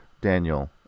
Daniel